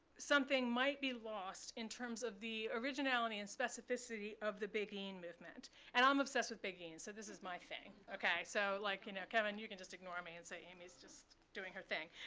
something might be lost in terms of the originality and specificity of the beguine movement. and i'm obsessed with beguines, so this is my thing. ok, so, like you know kevin, you can just ignore me and say amy's just doing her thing.